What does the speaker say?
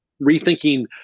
rethinking